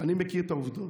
אני מכיר את העובדות.